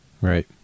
Right